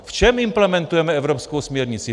V čem implementujeme evropskou směrnici?